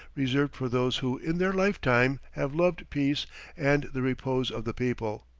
reserved for those who in their life-time have loved peace and the repose of the people.